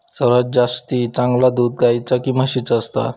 सर्वात जास्ती चांगला दूध गाईचा की म्हशीचा असता?